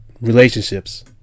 relationships